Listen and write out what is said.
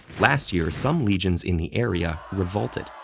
last year, some legions in the area revolted,